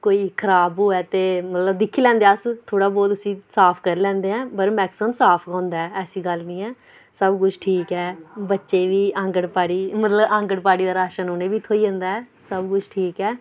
कोई खराब होऐ ते मतलब दिक्खी लैंदे अस थोह्डा बहुत उसी साफ करी लैंदे पर मैक्सीमम साफ गै होंदा ऐ ऐसी गल्ल नेईं ऐ सब कुछ ठीक ऐ बच्चे बी आंगनबाड़ी मतलब आंगनबाड़ी दा राशन उ'नेंगी बी थ्होई जंदा ऐ सब कुछ ठीक ऐ